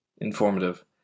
informative